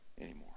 anymore